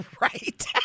Right